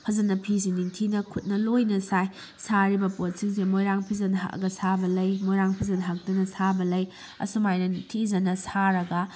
ꯐꯖꯅ ꯐꯤꯁꯤ ꯅꯤꯡꯊꯤꯅ ꯈꯨꯠꯅ ꯂꯣꯏꯅ ꯁꯥꯏ ꯁꯥꯔꯤꯕ ꯄꯣꯠꯁꯤꯡꯁꯦ ꯃꯣꯏꯔꯥꯡ ꯐꯤꯖꯤꯟ ꯍꯛꯂꯒ ꯁꯥꯕ ꯂꯩ ꯃꯣꯏꯔꯥꯡ ꯐꯤꯖꯤꯟ ꯍꯛꯇꯅ ꯁꯥꯕ ꯂꯩ ꯑꯁꯨꯃꯥꯏꯅ ꯅꯤꯡꯊꯤꯖꯅ ꯁꯥꯔꯒ